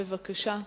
בבקשה.